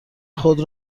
خود